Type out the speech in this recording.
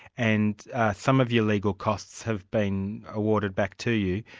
and some of your legal costs have been awarded back to you.